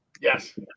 Yes